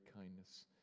kindness